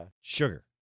sugar